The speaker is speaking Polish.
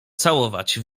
całować